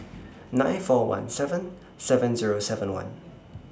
nine four one seven seven Zero seven one